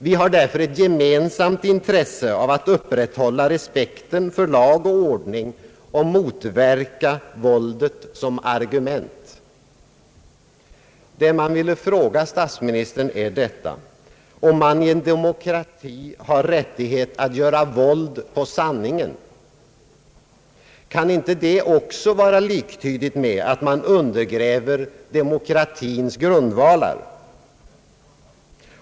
Vi har därför ett gemensamt intresse av att upprätthålla respekten för lag och ordning och motverka våldet som argument. Det man ville fråga statsministern är om man i en demokrati har rättighet att göra våld på sanningen. Kan inte det också vara liktydigt med att man undergräver demokratins grundvalar?